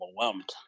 overwhelmed